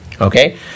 Okay